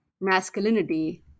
masculinity